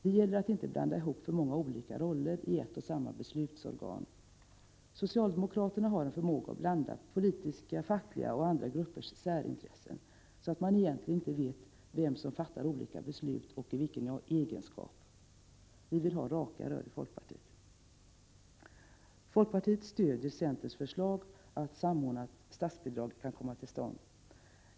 Det gäller att inte blanda ihop för många roller i ett och samma beslutsorgan. Socialdemokraterna har en förmåga att blanda politiska, fackliga och andra gruppers särintressen så att man egentligen inte vet vem som fattar olika beslut och i vilken egenskap beslutsfattarna agerar när de gör det. Vi vill ha raka rör i folkpartiet. Folkpartiet stöder centerns förslag om att samordnat statsbidrag kan komma till stånd.